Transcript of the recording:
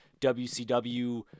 WCW